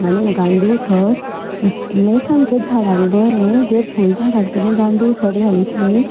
आनी गांयदोळ खत इतलें सामकें झाडांक बरें जर फूल झाडांक तुमी गांयदोळ खत घालीत न्ही